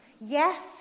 Yes